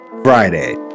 Friday